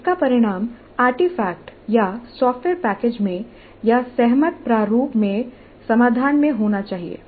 इसका परिणाम आर्टिफ़ैक्ट या सॉफ़्टवेयर पैकेज में या सहमत प्रारूप में समाधान में होना चाहिए